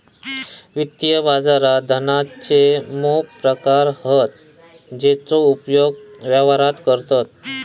वित्तीय बाजारात धनाचे मोप प्रकार हत जेचो उपयोग व्यवहारात करतत